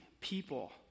people